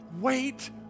wait